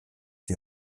die